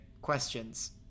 Questions